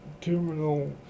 terminal